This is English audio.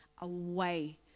away